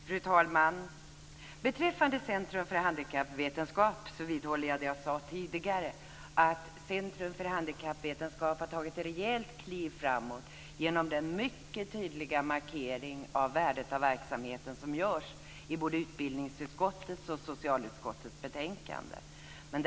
Fru talman! Beträffande Centrum för handikappvetenskap vidhåller jag det jag sade tidigare. Centrum för handikappvetenskap har tagit ett rejält kliv framåt genom den mycket tydliga markering om värdet av verksamheten som görs i både utbildningsutskottets och socialutskottets betänkanden.